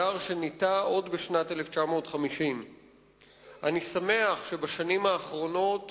יער שניטע עוד בשנת 1950. אני שמח שבשנים האחרונות